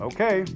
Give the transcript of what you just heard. Okay